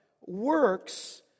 Works